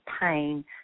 pain